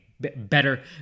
better